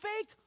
fake